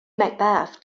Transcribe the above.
macbeth